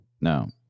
no